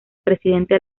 presidente